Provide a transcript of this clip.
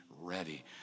ready